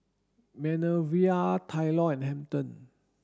Manervia Tylor and Hampton